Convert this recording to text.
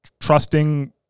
trusting